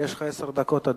יש לך עשר דקות.